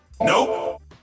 Nope